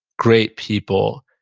great people,